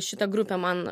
šita grupė man